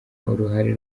uruhare